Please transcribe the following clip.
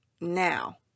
now